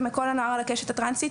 ומכל הנערים על הקשת הטרנסית,